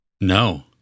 no